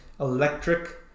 electric